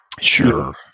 Sure